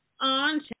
on